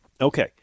Okay